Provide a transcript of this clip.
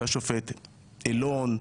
והשופט אלון,